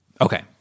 Okay